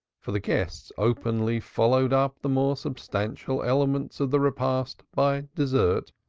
for the guests openly followed up the more substantial elements of the repast by dessert,